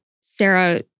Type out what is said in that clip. Sarah